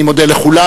אני מודה לכולם.